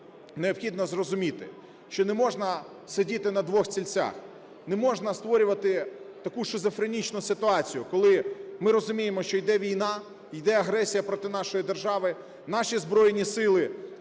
необхідно зрозуміти, що не можна сидіти на двох стільцях. Не можна створювати таку шизофренічну ситуацію, коли ми розуміємо, що йде війна, йде агресія проти нашої держави, наші Збройні Сили,